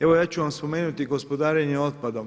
Evo ja ću vam spomenuti gospodarenje otpadom.